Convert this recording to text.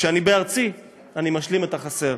כשאני בארצי, אני משלים את החסר".